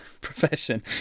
profession